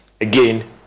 again